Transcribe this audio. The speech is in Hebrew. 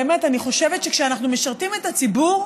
באמת, אני חושבת שכשאנחנו משרתים את הציבור,